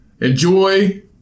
enjoy